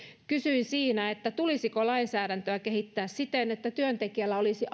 kysyin siinä tulisiko lainsäädäntöä kehittää siten että työntekijällä olisi